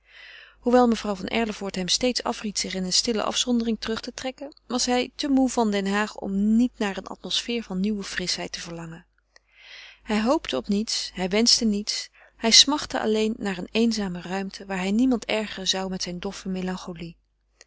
hoewel mevrouw van erlevoort hem steeds afried zich in een stille afzondering terug te trekken was hij te moê van den haag om niet naar een atmosfeer van nieuwe frischheid te verlangen hij hoopte op niets hij wenschte niets hij smachtte alleen naar een eenzame ruimte waar hij niemand ergeren zou met zijn doffe melancholie